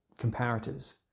comparators